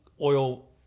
oil